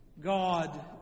God